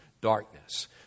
darkness